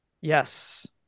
Yes